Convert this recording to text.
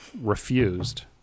refused